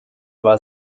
war